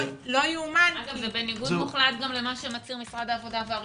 זה גם בניגוד מוחלט גם למה שמצהיר משרד העבודה והרווחה.